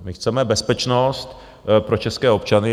My chceme bezpečnost pro české občany.